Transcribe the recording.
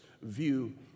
view